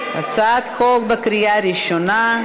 הצעת החוק בקריאה ראשונה.